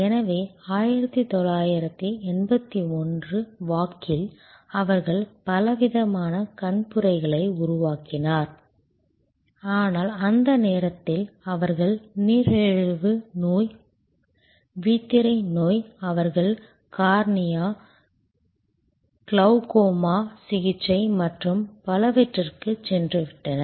எனவே 1981 வாக்கில் அவர்கள் பலவிதமான கண்புரைகளை உருவாக்கினர் ஆனால் அந்த நேரத்தில் அவர்கள் நீரிழிவு நோய் விழித்திரை நோய் அவர்கள் கார்னியா கிளௌகோமா சிகிச்சை மற்றும் பலவற்றிற்குச் சென்றுவிட்டனர்